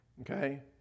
Okay